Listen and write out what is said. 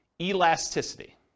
Elasticity